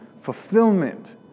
fulfillment